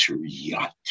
yacht